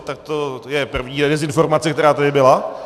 Tak to je první dezinformace, která tady byla.